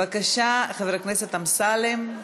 בבקשה, חבר הכנסת אמסלם,